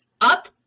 up